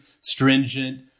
stringent